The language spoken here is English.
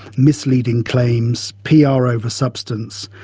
misleading claims, pr over substance,